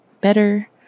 better